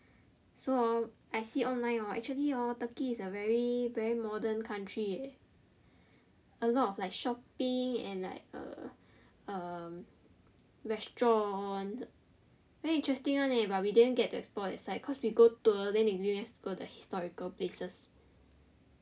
so hor I see online hor actually hor Turkey is a very very modern country leh a lot of like shopping and like uh um restaurants very interesting one leh but we didn't get to explore that side cause we go tour then they bring us go the historical places